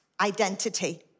identity